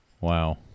Wow